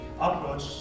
approach